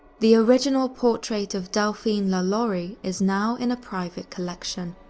the original portrait of delphine lalaurie is now in a private collection.